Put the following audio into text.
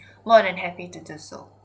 more than happy to do so